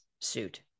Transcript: suit